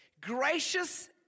gracious